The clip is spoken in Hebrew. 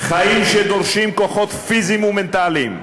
"חיים שדורשים כוחות פיזיים ומנטליים.